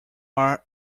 are